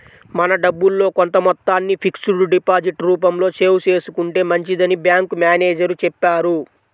మన డబ్బుల్లో కొంత మొత్తాన్ని ఫిక్స్డ్ డిపాజిట్ రూపంలో సేవ్ చేసుకుంటే మంచిదని బ్యాంకు మేనేజరు చెప్పారు